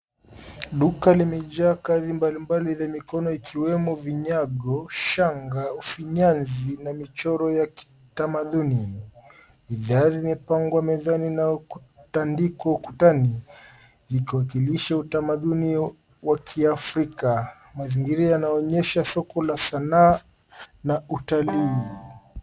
Duka limejaa kazi mbalimbali za mikono ikiwemo vinyago, shanga, ufinyanzi na michoro ya kitamaduni. Bidhaa zimepangwa mezani na kutandikwa ukutani ikiwakilisha utamaduni wa kiafrika. Mazingira yanaonyesha soko la sanaa na utalii.